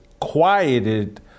quieted